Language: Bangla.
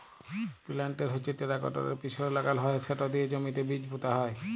পিলান্টের হচ্যে টেরাকটরের পিছলে লাগাল হয় সেট দিয়ে জমিতে বীজ পুঁতা হয়